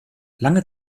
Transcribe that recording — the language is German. lange